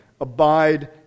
abide